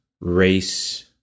race